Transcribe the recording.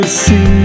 see